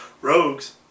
Rogues